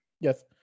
yes